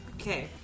Okay